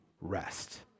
Rest